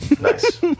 nice